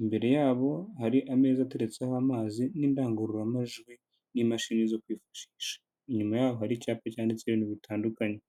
Imbere yabo hari ameza ateretseho amazi n'indangururamajwi n'imashini zo kwifashisha. Inyuma yaho hari icyapa cyanditseho ibintu bitandukanye.